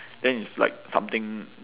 then it's like something